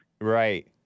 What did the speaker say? Right